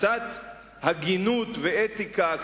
קצת הגינות ואתיקה,